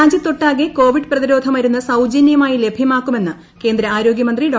രാജ്യത്തൊട്ടാകെ covid പ്രതിരോധ മരുന്ന് സൌജനൃമായി ലഭൃമാക്കുമെന്ന് കേന്ദ്ര ആരോഗൃമന്ത്രി ഡോ